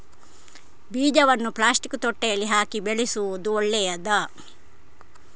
ಬೀಜವನ್ನು ಪ್ಲಾಸ್ಟಿಕ್ ತೊಟ್ಟೆಯಲ್ಲಿ ಹಾಕಿ ಬೆಳೆಸುವುದು ಒಳ್ಳೆಯದಾ?